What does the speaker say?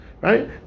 Right